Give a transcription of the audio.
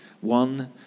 one